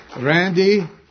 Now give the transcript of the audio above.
Randy